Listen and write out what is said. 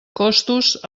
costos